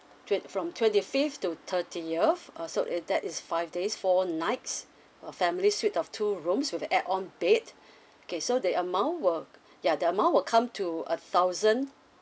twen~ from twenty fifth to thirtieth uh so it that is five days four nights a family suite of two rooms with a add on bed okay so the amount will ya the amount will come to a thousand